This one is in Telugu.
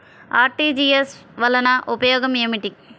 అర్.టీ.జీ.ఎస్ వలన ఉపయోగం ఏమిటీ?